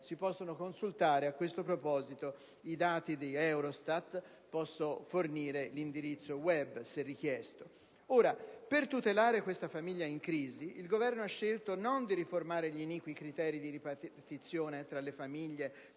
(si consultino a questo proposito i dati di EUROSTAT, di cui posso fornire l'indirizzo *web*, se richiesto). Ora, per tutelare questa famiglia in crisi il Governo ha scelto non di riformare gli iniqui criteri di ripartizione tra le famiglie